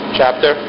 chapter